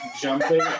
jumping